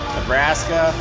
Nebraska